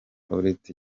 uretse